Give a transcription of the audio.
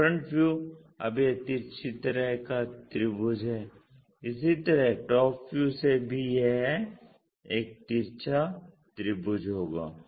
तो front view अब यह तिरछी तरह का त्रिभुज है इसी तरह टॉप व्यू से भी यह एक तिरछा त्रिभुज होगा